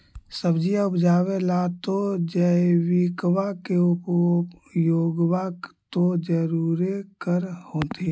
सब्जिया उपजाबे ला तो जैबिकबा के उपयोग्बा तो जरुरे कर होथिं?